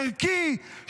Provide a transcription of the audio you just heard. ערכי,